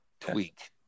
tweak